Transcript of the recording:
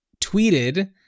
tweeted